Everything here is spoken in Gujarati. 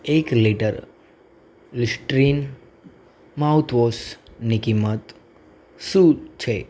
એક લિટર લિસ્ટરીન માઉથવોશની કિંમત શું છે